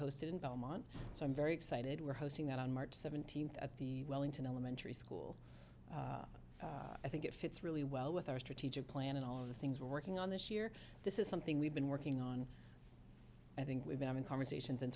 host in belmont so i'm very excited we're hosting that on march seventeenth at the wellington elementary school i think it fits really well with our strategic plan and all of the things we're working on this year this is something we've been working on i think we've been in conversations and